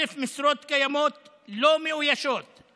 1,000 משרות קיימות לא מאוישות,